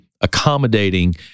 accommodating